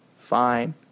fine